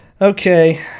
Okay